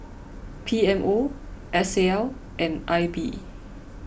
P M O S A L and I B